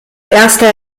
erster